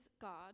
God